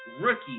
rookie